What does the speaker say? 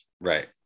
Right